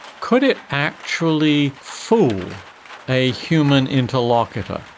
could it actually fool a human interlocutor?